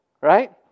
right